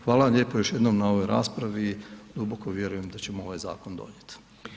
Hvala vam lijepo još jednom na ovoj raspravi, duboko vjerujem da ćemo ovaj zakon donijet.